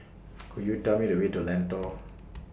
Could YOU Tell Me The Way to Lentor